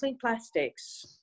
plastics